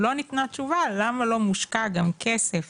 לא ניתנה תשובה למה לא מושקע גם כסף